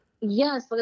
Yes